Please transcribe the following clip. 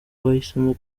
bahisemo